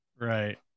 right